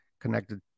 connected